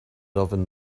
often